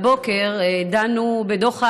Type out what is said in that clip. הבוקר דנו בדוח הגזענות,